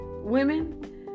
women